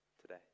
today